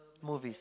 movies